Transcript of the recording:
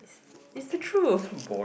it's the truth